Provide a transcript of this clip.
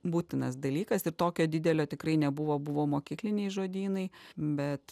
būtinas dalykas ir tokio didelio tikrai nebuvo buvo mokykliniai žodynai bet